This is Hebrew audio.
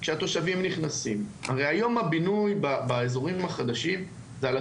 פנו אליי בחודשים האחרונים, בשבועות